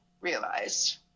realized